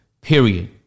period